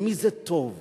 למי זה טוב?